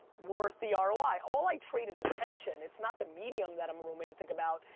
worth the ah roi. all i trade is attention, it's not the medium that i'm romantic about,